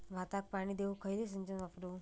भाताक पाणी देऊक खयली सिंचन वापरू?